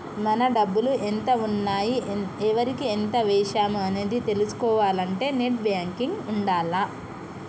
మన డబ్బులు ఎంత ఉన్నాయి ఎవరికి ఎంత వేశాము అనేది తెలుసుకోవాలంటే నెట్ బ్యేంకింగ్ ఉండాల్ల